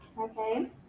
Okay